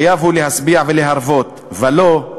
חייב הוא להשביע ולהרוות, ולא,